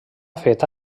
feta